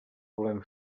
volem